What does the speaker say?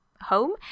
home